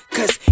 Cause